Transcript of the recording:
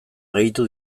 gehitu